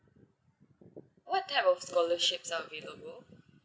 what type of scholarships are available